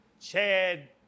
Chad